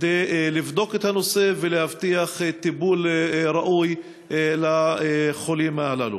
כדי לבדוק את הנושא ולהבטיח טיפול ראוי לחולים הללו.